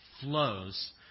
flows